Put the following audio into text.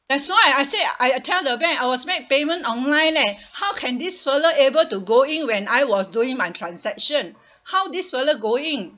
that's why I say I tell the bank I was make payment online leh how can this fella able to go in when I was doing my transaction how this fella go in